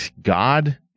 God